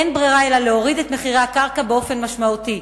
אין ברירה אלא להוריד את מחירי הקרקע באופן משמעותי.